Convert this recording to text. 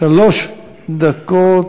שלוש דקות,